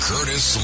Curtis